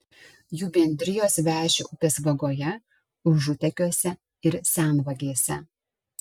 jų bendrijos veši upės vagoje užutekiuose ir senvagėse